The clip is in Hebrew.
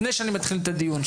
לפני שאני מתחיל את הדיון,